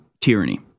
tyranny